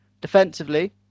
defensively